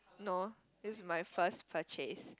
no this my first purchase